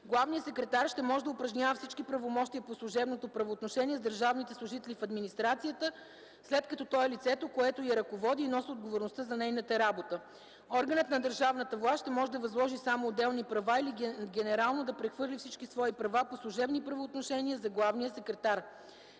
Главният секретар ще може да упражнява всички правомощия по служебното правоотношение с държавните служители в администрацията, след като той е лицето, което я ръководи и носи отговорността за нейната работа. Органът на държавната власт ще може да възложи само отделни права или генерално да прехвърли всички свои права по служебни правоотношения на главния секретар.